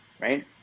right